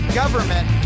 government